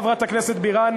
חברת הכנסת בירן,